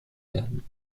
werden